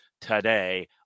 today